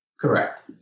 Correct